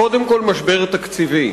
קודם כול משבר תקציבי.